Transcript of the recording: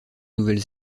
nouvelle